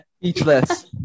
Speechless